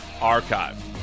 archive